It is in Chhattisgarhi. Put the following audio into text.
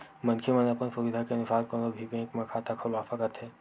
मनखे मन अपन सुबिधा के अनुसार कोनो भी बेंक म खाता खोलवा सकत हे